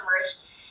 customers